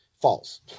False